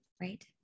right